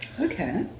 Okay